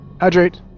hydrate